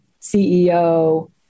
CEO